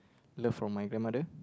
love from my grandmother